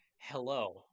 hello